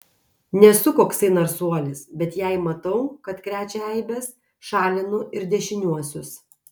nesu koksai narsuolis bet jei matau kad krečia eibes šalinu ir dešiniuosius